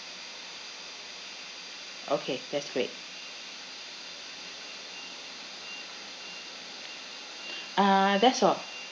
okay that's great uh that's all